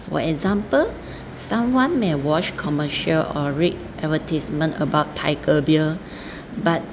for example someone may watch commercial or read advertisement about tiger beer but